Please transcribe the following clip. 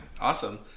Awesome